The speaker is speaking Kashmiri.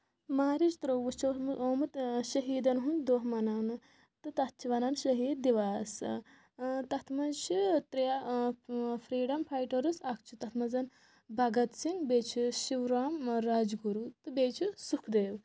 مارٕچ ترٛووُہ چھُ آمُت شہیٖدن ہُنٛد دۄہ مَناونہٕ تہٕ تَتھ چھِ وَنان شٔہیٖد دِواس تَتھ منٛز چھِ ترٛےٚ فریڈم فیٹٲرٕس اکھ چھُ تَتھ منٛزن بھگت سنگھ بیٚیہِ چھُ شیو رام راج گروٗ تہٕ بیٚیہِ چھُ سُکھ دیو